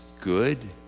good